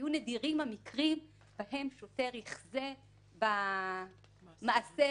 יהיו נדירים המקרים בהם שוטר יחזה במעשה